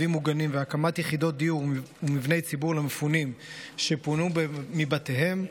מרחבים מוגנים והקמת יחידות דיור ומבני ציבור למפונים שפונו מבתיהם,